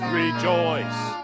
rejoice